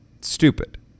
Stupid